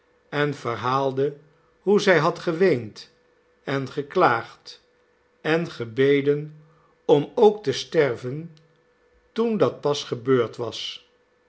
en verhaalde hoe zij had geweehd en geklaagd en gebeden om ook te sterven toen dat pas gebeurd was